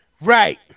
Right